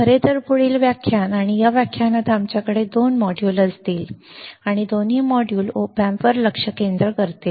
खरेतर पुढील व्याख्यान आणि या व्याख्यानात आमच्याकडे दोन मॉड्यूल असतील आणि दोन्ही मॉड्यूल op amps वर लक्ष केंद्रित करतील